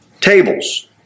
tables